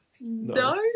no